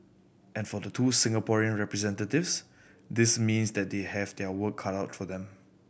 and for the two Singaporean representatives this means that they have their work cut out for them